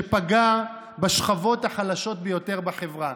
שפגע בשכבות החלשות ביותר בחברה.